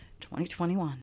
2021